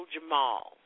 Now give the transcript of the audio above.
Jamal